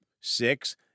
Six